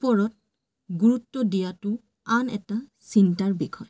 ওপৰত গুৰুত্ব দিয়াটো আন এটা চিন্তাৰ বিষয়